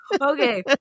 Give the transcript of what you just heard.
Okay